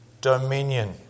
dominion